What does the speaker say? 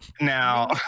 Now